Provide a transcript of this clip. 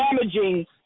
damaging